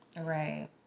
Right